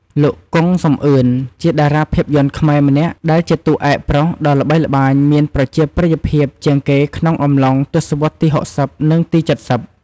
លោក កុង សំអឿន ជាតារាភាពយន្តខ្មែរម្នាក់ដែលជាតួឯកប្រុសដ៏ល្បីល្បាញមានប្រជាប្រិយភាពជាងគេក្នុងអំឡុងទសវត្សរ៍ ទី៦០ និងទី៧០។